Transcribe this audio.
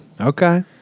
okay